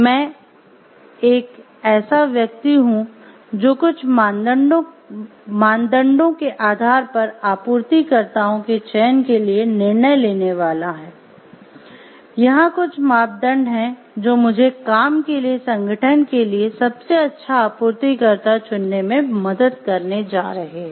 मैं एक ऐसा व्यक्ति हूं जो कुछ मानदंडों के आधार पर आपूर्तिकर्ताओं के चयन के लिए निर्णय लेने वाला है यहाँ कुछ मापदंड हैं जो मुझे काम के लिए संगठन के लिए सबसे अच्छा आपूर्तिकर्ता चुनने में मदद करने जा रहे हैं